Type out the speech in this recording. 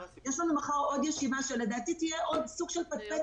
יש לנו מחר עוד ישיבה שלדעתי תהיה עוד סוג של פטפטת.